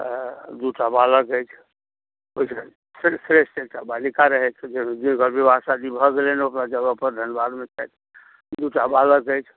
आ दूटा बालक अछि ओहिसँ फेर श्रेष्ठ एकटा बालिका रहथि जिनकर विवाह शादी भऽ गेलनि ओकर जगह पर धनबादमे छथि दूटा बालक अछि